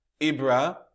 Ibra